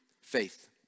faith